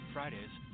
Fridays